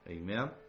Amen